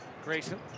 Grayson